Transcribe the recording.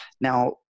Now